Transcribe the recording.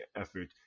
effort